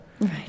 Right